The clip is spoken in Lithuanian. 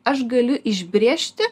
aš galiu išbrėžti